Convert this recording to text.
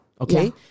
Okay